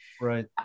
right